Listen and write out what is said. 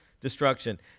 destruction